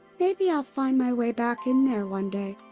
maybe i'll find my way back in there one day.